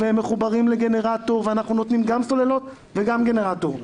אנחנו נותנים גם סוללות וגם גנרטור.